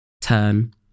turn